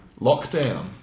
lockdown